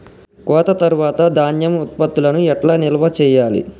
కోత తర్వాత ధాన్యం ఉత్పత్తులను ఎట్లా నిల్వ చేయాలి?